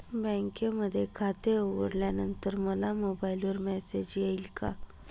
बँकेमध्ये खाते उघडल्यानंतर मला मोबाईलवर मेसेज येईल का?